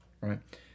right